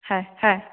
হ্যাঁ হ্যাঁ